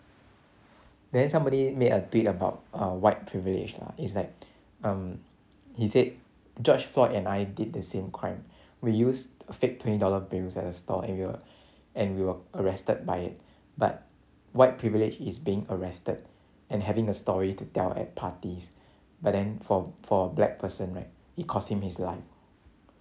then somebody made a tweet about err white privilege lah it's like um he said george floyd and I did the same crime we used fake twenty dollar bills at a store and we were and we were arrested by it but white privilege is being arrested and having a story to tell at parties but then for for a black person right it cost him his life